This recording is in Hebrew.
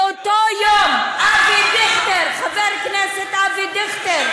באותו יום אבי דיכטר, חבר הכנסת אבי דיכטר,